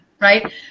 right